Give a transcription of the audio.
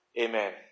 Amen